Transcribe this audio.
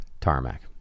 tarmac